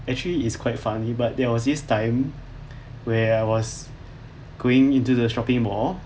actually it's quite funny but there was this time where I was going into the shopping mall